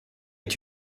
est